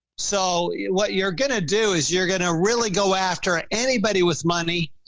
so what you're gonna do is you're going to really go after ah anybody with money.